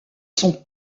son